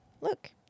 Look